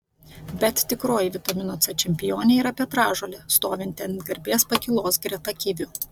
bet tikroji vitamino c čempionė yra petražolė stovinti ant garbės pakylos greta kivių